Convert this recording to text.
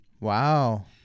Wow